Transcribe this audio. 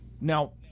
Now